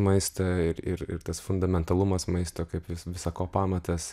maistą ir ir ir tas fundamentalumas maisto kaip visa ko pamatas